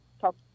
Talk